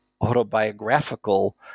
autobiographical